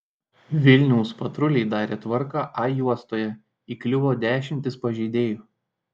vilniaus patruliai darė tvarką a juostoje įkliuvo dešimtys pažeidėjų